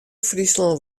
fryslân